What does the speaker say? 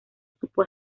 supo